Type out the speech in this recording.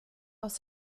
aus